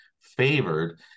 favored